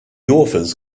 authors